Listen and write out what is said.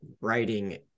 writing